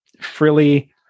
frilly